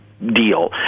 deal